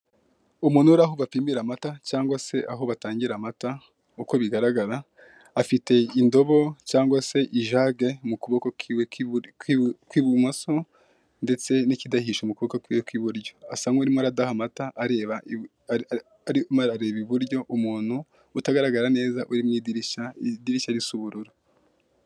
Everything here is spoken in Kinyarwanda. Umuntu uri aho bapimira amata cyangwa se aho batangira amata uko bigaragaraafite indobo cyangwa se ijage mu kaboko kiwe k'ibumoso ndetse n'ikidahisho mu kuboko kwiwe k'iburyo, asa nk'urimo aradaha amata arimo arareba iburyo, umuntu utagaragara neza uri mu idirishya risa ubururu.